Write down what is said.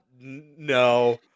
no